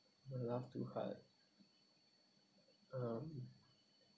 uh laugh too hard um